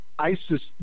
ISIS